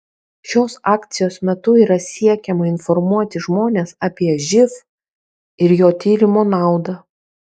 šios akcijos metu yra siekiama informuoti žmones apie živ ir jo tyrimo naudą